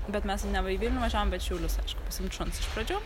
bet mes neva į vilnių važiavom bet šiaulius pasiimt šuns iš pradžių